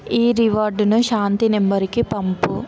ఈ రివార్డును శాంతి నంబరుకి పంపు